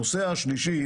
הנושא השלישי